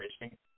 Racing